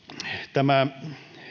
tämä